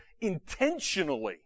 intentionally